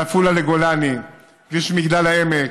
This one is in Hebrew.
מעפולה לגולני, כביש מגדל העמק,